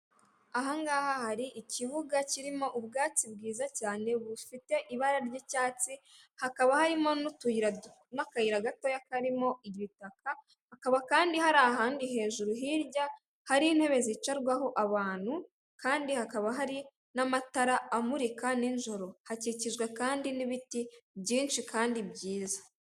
Aha ngaha hari ikibuga kirimo ubwatsi bwiza cyane bufite ibara ry'icyatsi, hakaba harimo n'utuyira/n'akayira gatoya karimo ibitaka, hakaba kandi hari ahandi hejuru hirya hari intebe zicarwaho abantu kandi hakaba hari n'amatara amurika n'ijoro, hakikijwe kandi n'ibiti byinshi kandi byiza.